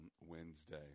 Wednesday